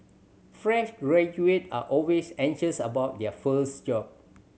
fresh graduate are always anxious about their first job